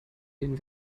den